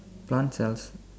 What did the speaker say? plant cells